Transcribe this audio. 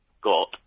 got